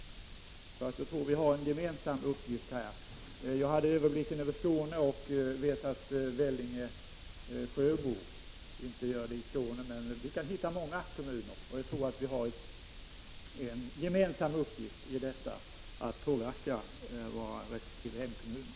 Jag har överblicken över Skåne och vet att t.ex. Vellinge och Sjöbo inte tar emot flyktingar, och vi kan hitta många sådana kommuner i andra landsdelar. Jag tror att vi alla har en uppgift när det gäller att påverka våra resp. hemkommuner.